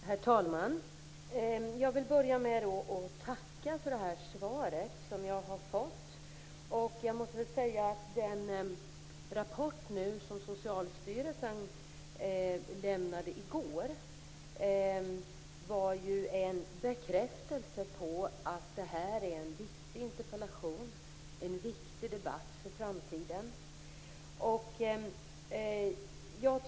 Herr talman! Jag vill börja med att tacka för det svar jag har fått. Den rapport som Socialstyrelsen lämnade i går var en bekräftelse på att det här är en viktig interpellation och en viktig debatt för framtiden.